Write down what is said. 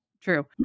True